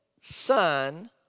son